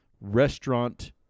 restaurant